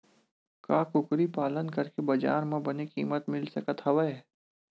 का कुकरी पालन करके बजार म बने किमत मिल सकत हवय?